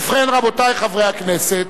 ובכן, רבותי חברי הכנסת,